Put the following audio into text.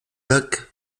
lac